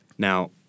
Now